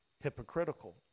hypocritical